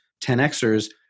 10xers